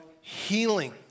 healing